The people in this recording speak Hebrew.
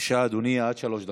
טסלר, בבקשה, אדוני, עד שלוש דקות.